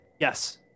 yes